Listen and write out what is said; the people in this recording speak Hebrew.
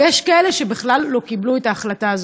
ויש כאלה שבכלל לא קיבלו החלטה.